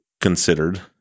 considered